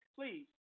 please